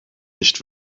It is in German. nicht